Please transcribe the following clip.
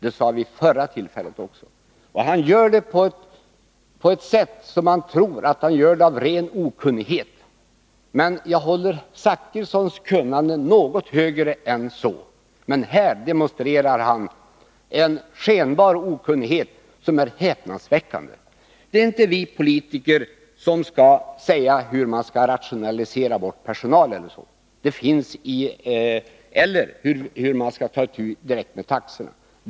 Och han gör det på ett sådant sätt att man kan tro att det bottnar i ren okunnighet. Jag håller emellertid Bertil Zachrissons kunnande något högre än så, men han demonstrerar här en skenbar okunnighet som är häpnadsväckande. Det är inte vi politiker som skall tala om hur SJ skall rationalisera bort t.ex. viss personal eller hur man skall ta itu med taxorna.